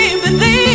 believe